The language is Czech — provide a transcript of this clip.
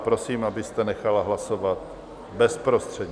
Prosím, abyste nechala hlasovat bezprostředně.